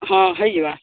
ହଁ ହେଇଯିବା